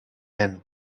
men